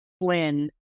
flynn